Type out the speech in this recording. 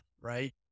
right